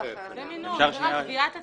זה רק קביעת התנאים.